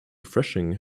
refreshing